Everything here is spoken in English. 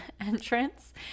entrance